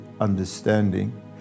understanding